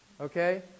okay